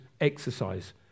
exercise